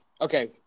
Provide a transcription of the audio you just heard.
Okay